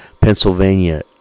Pennsylvania